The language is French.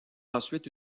ensuite